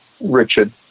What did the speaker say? Richard